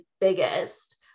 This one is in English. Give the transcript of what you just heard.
biggest